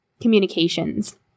communications